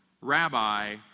Rabbi